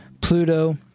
Pluto